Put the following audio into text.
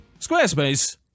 Squarespace